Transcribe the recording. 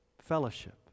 fellowship